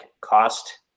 cost